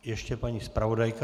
Ještě paní zpravodajka.